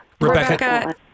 Rebecca